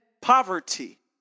poverty